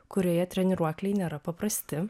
kurioje treniruokliai nėra paprasti